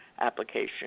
application